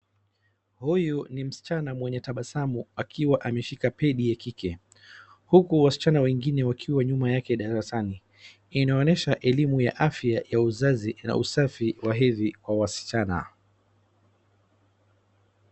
Huyu ni msichana mwenye tabasamu akiwa ameshika pedi ya kike uku wasichana wengine wakiwa nyuma yake darasani. Inaonyesha elimu ya afya ya uzazi na usafi wa hedhi kwa wasichana.